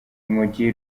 urumogi